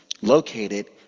located